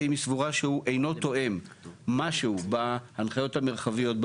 ואם היא סבורה שהוא אינו תואם משהו בהנחיות המרחביות,